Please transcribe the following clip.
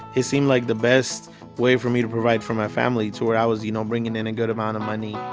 it seemed like the best way for me to provide for my family, to where i was you know bringing in a good amount of money.